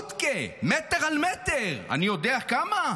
"בבודקה, מטר על מטר, אני יודע כמה?"